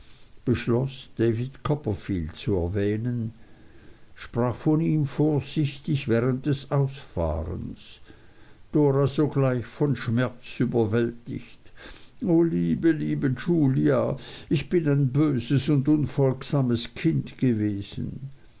zu erwähnen sprach von ihm vorsichtig während des ausfahrens d sogleich vom schmerz überwältigt o liebe liebe julia ich bin ein böses und unfolgsames kind gewesen